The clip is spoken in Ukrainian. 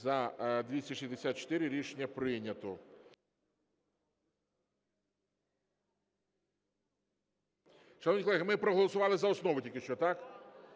За-261 Рішення прийнято.